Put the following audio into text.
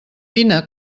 vine